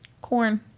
Corn